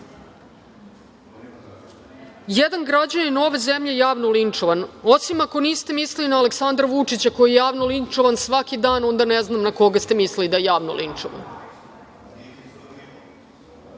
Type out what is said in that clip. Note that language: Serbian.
Jedan građanin ove zemlje je javno linčovan. Osim ako niste mislili na Aleksandra Vučića koji je javno linčovan svaki dan, onda ne znam na koga ste mislili da je javno linčovan. Mi